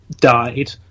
died